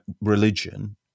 religion